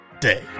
day